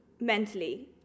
mentally